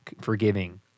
forgiving